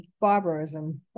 barbarism